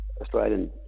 Australian